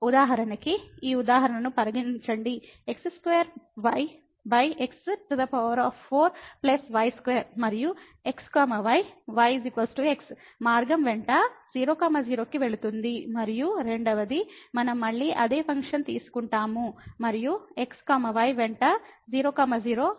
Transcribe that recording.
ఉదాహరణకు ఈ ఉదాహరణను పరిగణించండి x2yx4y2 మరియు x y y x మార్గం వెంట 00 కి వెళుతుంది మరియు రెండవది మనం మళ్ళీ అదే ఫంక్షన్ తీసుకుంటాము మరియు x y వెంట 00 ఈ మార్గం y x2